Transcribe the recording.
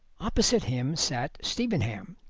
opposite him sat stevenham,